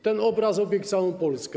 Ten obraz obiegł całą Polskę.